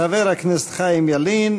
חבר הכנסת חיים ילין.